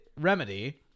remedy